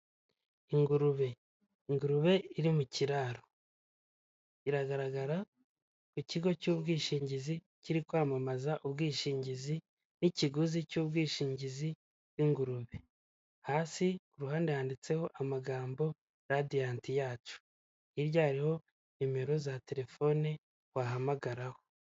Ingurube, ingurube iri mu kiraro iragaragara ku kigo cy'ubwishingizi kiri kwamamaza ubwishingizi n'ikiguzi cy'ubwishingizi bw'ingurube, hasi ruhande yanditseho amagambo radiyanti yacu hirya hariho nimero za telefone wahamagaraho.